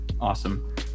awesome